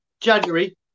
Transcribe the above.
January